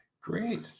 great